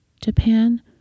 Japan